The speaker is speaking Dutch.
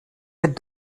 het